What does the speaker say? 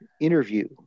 interview